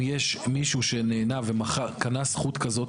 אם יש מישהו שנהנה וקנה זכות שכזו,